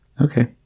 Okay